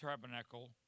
tabernacle